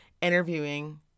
interviewing